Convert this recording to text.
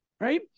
Right